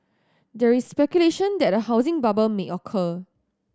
there is speculation that a housing bubble may occur